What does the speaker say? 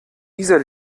dieser